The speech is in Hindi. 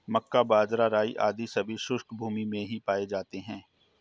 मक्का, बाजरा, राई आदि सभी शुष्क भूमी में ही पाए जाते हैं